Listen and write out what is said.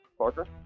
Parker